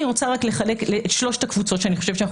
אני רוצה להתייחס לשלושת הקבוצות שאני חושבת שאנחנו